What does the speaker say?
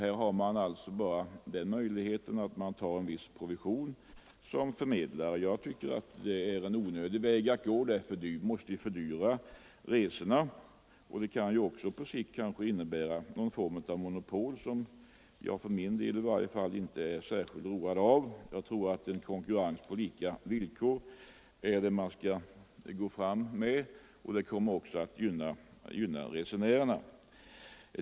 SJ har då bara den möjligheten att man tar en viss provision som förmedlare. Jag tycker att detta är en onödig väg att gå. Det måste ju fördyra resorna, och det kan på sikt kanske också innebära en form av monopol — något som jag för min del i varje fall inte är särskilt road av. Jag tror att en konkurrens på lika villkor är det man skall gå fram med, och det kommer också att gynna resenärerna.